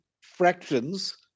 fractions